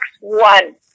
One